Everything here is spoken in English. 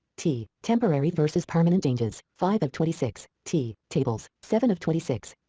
t, temporary versus permanent changes, five of twenty six. t, tables, seven of twenty six.